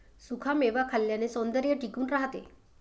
सुखा मेवा खाल्ल्याने सौंदर्य टिकून राहते